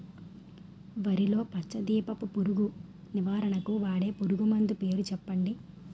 వరిలో పచ్చ దీపపు పురుగు నివారణకు వాడే పురుగుమందు పేరు చెప్పండి?